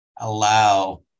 allow